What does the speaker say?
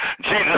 Jesus